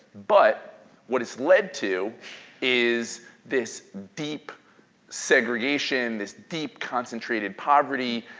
but what it's led to is this deep segregation, this deep concentrated poverty,